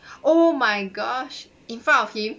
oh my gosh in front of him